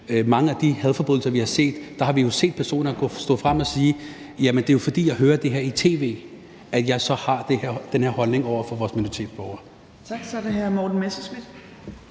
mange af de hadforbrydeler, der har været, har vi jo set personer stå frem og sige, at jamen det er, fordi jeg hører det her i tv, at jeg så har den her holdning over for vores minoritetsborgere.